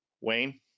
wayne